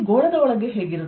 ಈ ಗೋಳದ ಒಳಗೆಹೇಗೆ